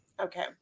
Okay